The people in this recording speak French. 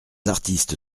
artiste